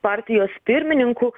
partijos pirmininku